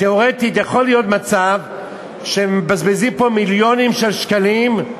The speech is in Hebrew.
תיאורטית יכול להיות מצב שמבזבזים פה מיליונים של שקלים.